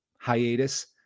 hiatus